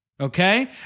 okay